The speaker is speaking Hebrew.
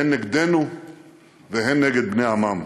הן נגדנו והן נגד בני עמם.